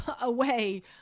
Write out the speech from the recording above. away